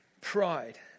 Pride